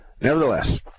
nevertheless